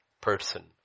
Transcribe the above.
person